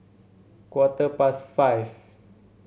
quarter past five